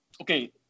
okay